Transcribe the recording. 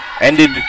Ended